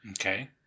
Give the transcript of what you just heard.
Okay